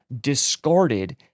discarded